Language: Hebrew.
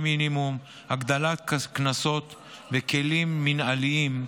עונשי מינימום, הגדלת קנסות וכלים מינהליים,